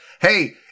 hey